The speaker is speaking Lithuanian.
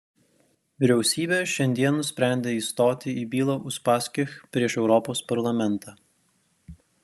vyriausybė šiandien nusprendė įstoti į bylą uspaskich prieš europos parlamentą